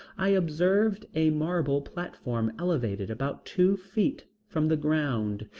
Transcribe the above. i observed a marble platform elevated about two feet from the ground,